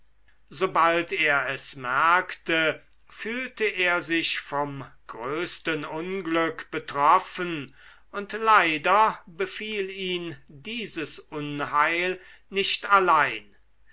sobald er es merkte fühlte er sich vom größten unglück betroffen und leider befiel ihn dieses unheil nicht allein